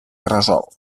gresol